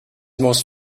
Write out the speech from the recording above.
most